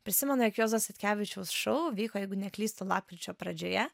prisimenu jog juozo statkevičiaus šou vyko jeigu neklystu lapkričio pradžioje